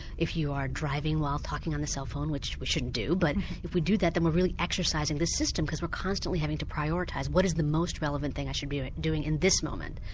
if you are driving while talking on the cell phone, which we shouldn't do, but if we do that then we're really exercising this system because we're constantly having to prioritise what is the most relevant thing i should be doing in this moment.